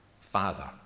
Father